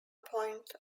point